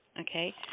okay